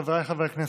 חבריי חברי הכנסת,